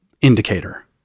indicator